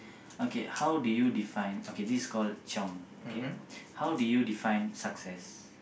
okay how do you define okay this is called chiong okay how do you define success